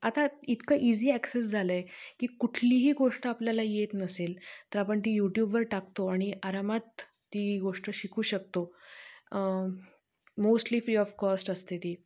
आता इतकं easy access झालं आहे की कुठलीही गोष्ट आपल्याला येत नसेल तर आपण ती यूट्यूबवर टाकतो आणि आरामात ती गोष्ट शिकू शकतो मोस्टली फ्री ऑफ कॉस्ट असते ती